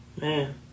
Man